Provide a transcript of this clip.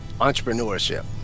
entrepreneurship